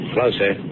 Closer